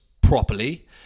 properly